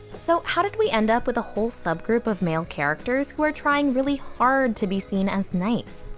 so how did we end up with a whole subgroup of male characters who are trying really hard to be seen as nice?